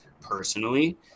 personally